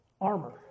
armor